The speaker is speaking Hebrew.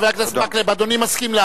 חבר הכנסת מקלב, אדוני מסכים?